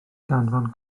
danfon